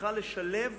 צריכה לשלב